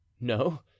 no